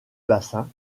bassin